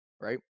right